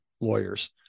lawyers